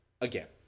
again